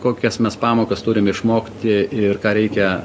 kokias mes pamokas turim išmokti ir ką reikia